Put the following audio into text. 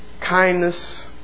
Kindness